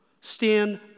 Stand